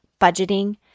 budgeting